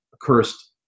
cursed